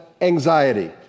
anxiety